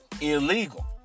illegal